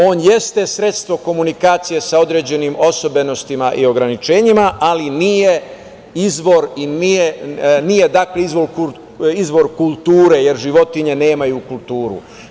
On jeste sredstvo komunikacije sa određenim osobenostima i ograničenjima, ali nije izvor kulture, jer životinje nemaju kulturu.